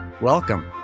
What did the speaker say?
Welcome